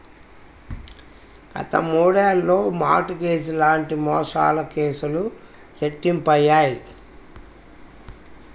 గత మూడేళ్లలో mortgage లాంటి మోసాల కేసులు రెట్టింపయ్యాయి